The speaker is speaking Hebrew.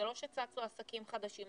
זה לא שצצו עסקים חדשים,